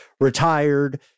retired